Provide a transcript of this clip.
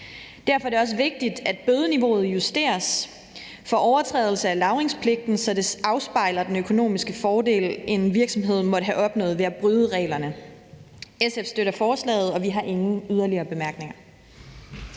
Derfor er det også vigtigt, at bødeniveauet for overtrædelse af lagringspligten justeres, så det afspejler den økonomiske fordel, en virksomhed måtte have opnået ved at bryde reglerne. SF støtter forslaget, og vi har ingen yderligere bemærkninger.